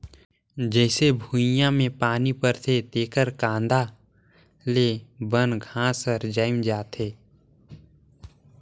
जईसे भुइयां में पानी परथे तेकर कांदा ले बन घास हर जायम जाथे